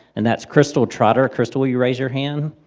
and that's crystal trotter, crystal will you raise your hand?